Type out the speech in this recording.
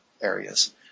areas